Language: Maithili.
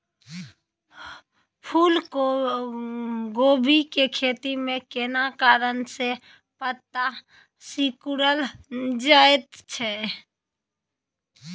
फूलकोबी के खेती में केना कारण से पत्ता सिकुरल जाईत छै?